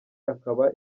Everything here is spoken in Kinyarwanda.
akaba